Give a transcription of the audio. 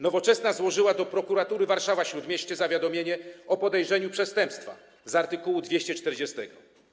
Nowoczesna złożyła do prokuratury Warszawa-Śródmieście zawiadomienie o podejrzeniu popełnienia przestępstwa z art. 240.